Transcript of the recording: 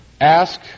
ask